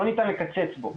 לא ניתן לקצץ בו.